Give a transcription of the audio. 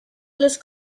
los